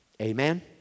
Amen